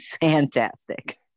fantastic